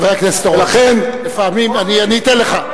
חבר הכנסת אורון, לפעמים, אני אתן לך,